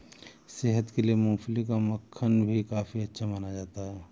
सेहत के लिए मूँगफली का मक्खन भी काफी अच्छा माना जाता है